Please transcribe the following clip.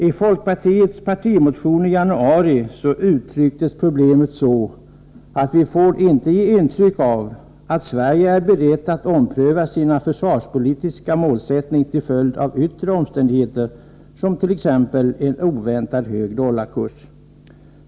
I folkpartiets partimotion i januari uttrycktes problemet så, att vi inte får ge intrycket av att Sverige är berett att ompröva sina försvarspolitiska målsättningar till följd av yttre omständigheter, som t.ex. en oväntat hög dollarkurs.